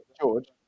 George